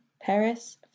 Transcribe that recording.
Paris